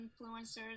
influencers